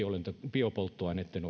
biopolttoaineitten